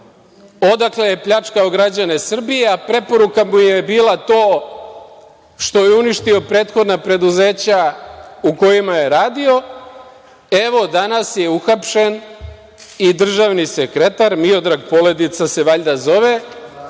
odakle je pljačkao građane Srbije, a preporuka mu je bila to što je uništio prethodna preduzeća u kojima je radio. Evo, danas je uhapšen i državni sekretar, Miodrag Poledica se valjda zove,